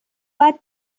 باید